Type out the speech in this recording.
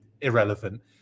irrelevant